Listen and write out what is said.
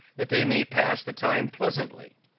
that they may pass the time pleasantly.